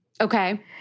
Okay